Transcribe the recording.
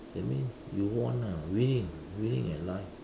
that means you won ah winning winning at life